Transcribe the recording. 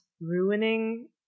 ruining